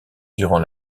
durant